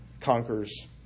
conquers